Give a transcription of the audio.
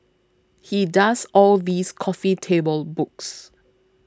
he does all these coffee table books